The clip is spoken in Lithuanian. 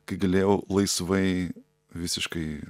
kai galėjau laisvai visiškai